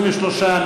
23,